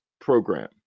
program